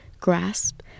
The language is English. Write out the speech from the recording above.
grasp